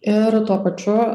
ir tuo pačiu